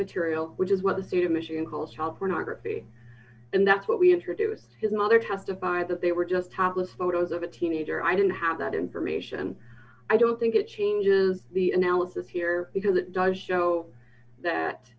material which is what the state of michigan calls child pornography and that's what we introduced is another testified that they were just topless photos of a teenager i didn't have that information i don't think it changes the analysis here because it does show that